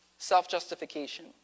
Self-justification